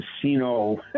casino